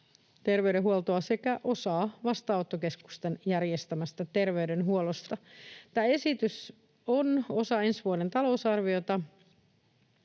vankiterveydenhuolto sekä osa vastaanottokeskusten järjestämästä terveydenhuollosta. Tämä esitys on osa ensi vuoden talousarviota,